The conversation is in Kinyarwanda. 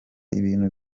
ibintu